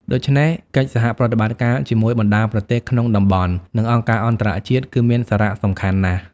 ដូច្នេះ កិច្ចសហប្រតិបត្តិការជាមួយបណ្តាប្រទេសក្នុងតំបន់ និងអង្គការអន្តរជាតិ គឺមានសារៈសំខាន់ណាស់។